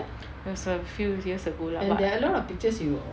it was a few years ago lah but